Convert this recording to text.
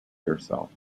yourself